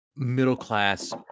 middle-class